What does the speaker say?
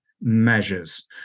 measures